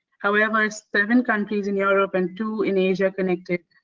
however seven countries in europe and two in asia connected